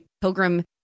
pilgrim